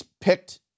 picked